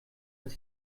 das